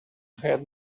had